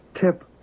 Tip